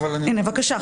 הנה, בבקשה.